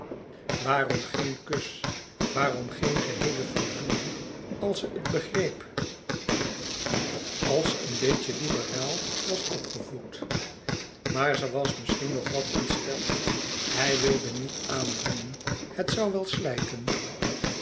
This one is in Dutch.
waarom geen kus waarom geen geheele verzoening als ze het begreep als ze een beetje liberaal was opgevoed maar ze was misschien nog wat ontsteld hij wilde niet aandringen het zoû wel slijten